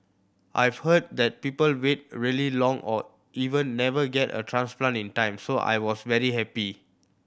I've heard that people wait really long or even never get a transplant in time so I was very happy